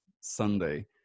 sunday